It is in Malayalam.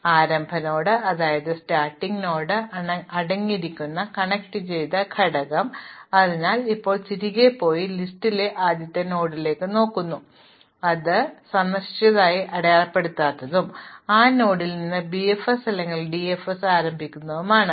അതിനാൽ ആരംഭ നോഡ് അടങ്ങിയിരിക്കുന്ന കണക്റ്റുചെയ്ത ഘടകം അതിനാൽ ഇപ്പോൾ ഞങ്ങൾ തിരികെ പോയി ലിസ്റ്റിലെ ആദ്യത്തെ നോഡിലേക്ക് നോക്കുന്നു അത് സന്ദർശിച്ചതായി അടയാളപ്പെടുത്താത്തതും ആ നോഡിൽ നിന്ന് BFS അല്ലെങ്കിൽ DFS ആരംഭിക്കുന്നതും ആണ്